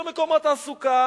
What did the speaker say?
אתייחס.